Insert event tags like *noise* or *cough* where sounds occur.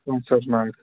*unintelligible*